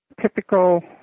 typical